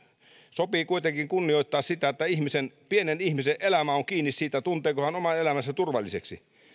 sopii kuitenkin kunnioittaa sitä että pienen ihmisen elämä on kiinni siitä tunteeko hän oman elämänsä turvalliseksi